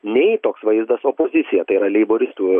nei toks vaizdas opozicija tai yra leiboristų